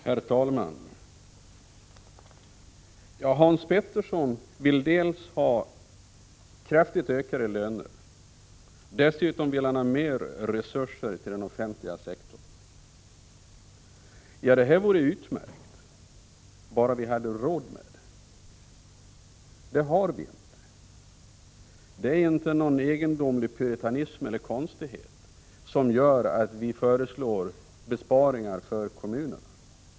Herr talman! Hans Petersson i Hallstahammar vill dels ha kraftigt ökade löner, dels ha mer resurser till den offentliga sektorn. Det här vore utmärkt, bara vi hade råd med det. Det har vi inte. Det är inte någon egendomlig puritanism eller konstighet som gör att vi föreslår besparingar för kommunerna.